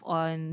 on